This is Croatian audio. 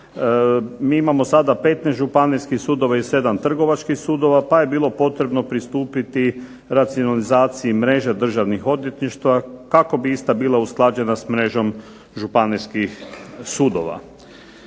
mi imamo sada 15 županijskih sudova i 7 trgovačkih sudova pa je bilo potrebno pristupiti racionalizaciji mreže državnih odvjetništava kako bi ista bila usklađena s mrežom županijskih sudova.